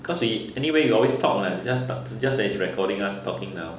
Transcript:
because we anyway we always talk what just that just that it's recording us talking now